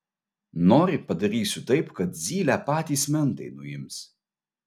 nori padarysiu taip kad zylę patys mentai nuims